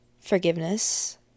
forgiveness